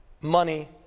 money